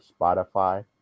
Spotify